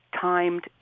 timed